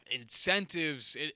incentives